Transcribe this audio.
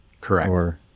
Correct